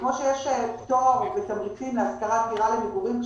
וכמו שיש פטור ותמריצים להשכרת דירה למגורים,